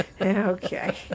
Okay